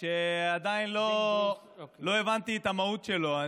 שעדיין לא הבנתי את המהות שלו.